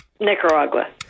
Nicaragua